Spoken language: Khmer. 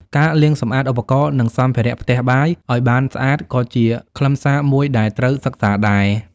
ការលាងសម្អាតឧបករណ៍ និងសម្ភារៈផ្ទះបាយឱ្យបានស្អាតក៏ជាខ្លឹមសារមួយដែលត្រូវសិក្សាដែរ។